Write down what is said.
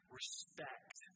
respect